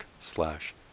slash